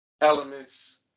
elements